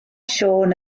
siôn